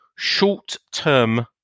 Short-term